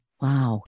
wow